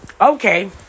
Okay